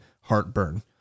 heartburn